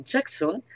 Jackson